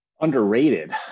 Underrated